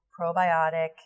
probiotic